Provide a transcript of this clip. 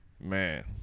man